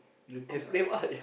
they think I